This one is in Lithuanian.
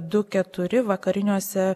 du keturi vakariniuose